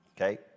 okay